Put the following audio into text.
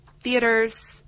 theaters